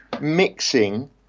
mixing